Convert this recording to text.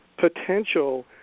potential